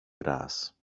grass